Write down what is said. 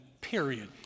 period